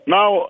Now